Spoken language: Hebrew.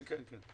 כן.